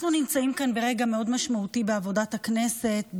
אנחנו נמצאים כאן ברגע מאוד משמעותי בעבודת הכנסת,